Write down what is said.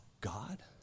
God